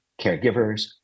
caregivers